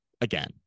again